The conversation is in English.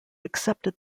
accepted